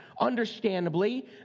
understandably